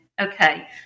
Okay